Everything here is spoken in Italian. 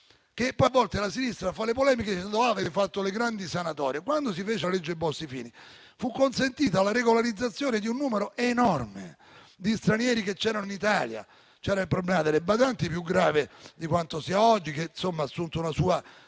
che a volte la sinistra fa le polemiche, dicendo che abbiamo fatto le grandi sanatorie. Quando si fece la legge Bossi-Fini, fu consentita la regolarizzazione di un numero enorme di stranieri presenti in Italia. C'era il problema delle badanti, più grave di quanto sia oggi, quando ormai ha assunto una sua